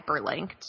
hyperlinked